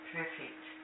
Perfect